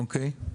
אוקיי.